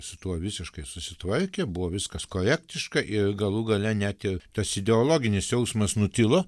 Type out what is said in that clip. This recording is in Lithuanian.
su tuo visiškai susitvarkė buvo viskas korektiška ir galų gale net ir tas ideologinis jausmas nutilo